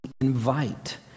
Invite